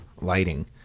lighting